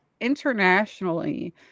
internationally